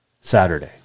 Saturday